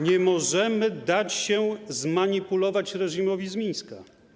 Nie możemy dać się zmanipulować reżimowi z Mińska.